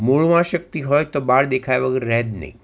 મૂળમાં શક્તિ હોય તો બહાર દેખાયા વગર રહે જ નહીં